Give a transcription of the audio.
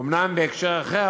אומנם בהקשר אחר,